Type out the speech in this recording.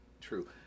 true